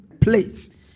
place